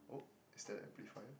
oh is that the amplifier